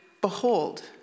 Behold